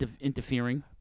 interfering